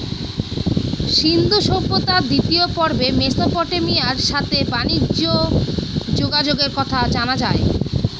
সিন্ধু সভ্যতার দ্বিতীয় পর্বে মেসোপটেমিয়ার সাথে বানিজ্যে যোগাযোগের কথা জানা যায়